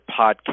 Podcast